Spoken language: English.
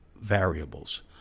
variables